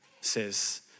says